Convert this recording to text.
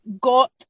got